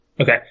Okay